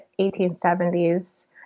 1870s